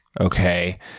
okay